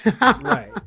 Right